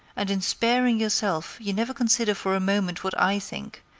and in sparing yourself you never consider for a moment what i think,